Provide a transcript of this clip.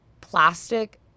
plastic